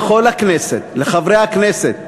לכל הכנסת, לחברי הכנסת,